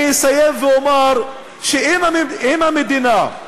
אני אסיים ואומר שאם המדינה,